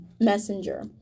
messenger